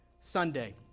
Sunday